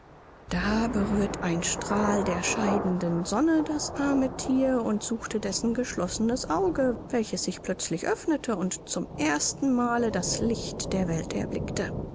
da berührt ein strahl der scheidenden sonne das arme thier und suchte dessen geschlossenes auge welches sich plötzlich öffnete und zum ersten male das licht der welt erblickte